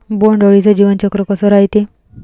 बोंड अळीचं जीवनचक्र कस रायते?